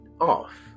off